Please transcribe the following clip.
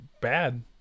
bad